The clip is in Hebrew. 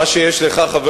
מה שיש לך,